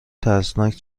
ترسناک